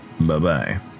Bye-bye